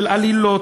של עלילות,